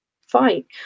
fight